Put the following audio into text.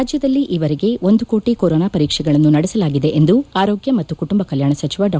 ರಾಜ್ಯದಲ್ಲಿ ಈವರೆಗೆ ಒಂದು ಕೋಟಿ ಕೊರೋನಾ ಪರೀಕ್ಷೆಗಳನ್ನು ನಡೆಸಲಾಗಿದೆ ಎಂದು ಆರೋಗ್ಯ ಮತ್ತು ಕುಟುಂಬ ಕಲ್ಯಾಣ ಸಚಿವ ಡಾ